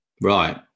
Right